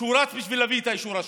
והוא רץ בשביל להביא את האישור השני.